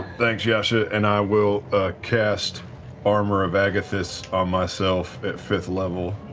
thanks, yasha, and i will cast armor of agathys on myself, at fifth level,